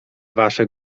wasze